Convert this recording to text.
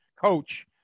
coach –